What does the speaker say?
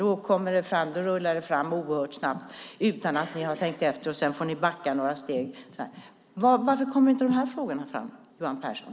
Då har det rullat fram snabbt utan att de tänkt efter, och sedan har de fått backa några steg. Varför kommer inte dessa frågor fram, Johan Pehrson?